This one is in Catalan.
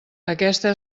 aquesta